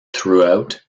throughout